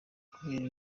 kubera